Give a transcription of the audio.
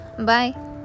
Bye